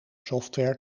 software